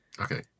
okay